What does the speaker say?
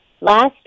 last